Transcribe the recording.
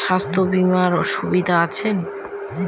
স্বাস্থ্য বিমার সুবিধা আছে?